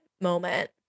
moment